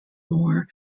moore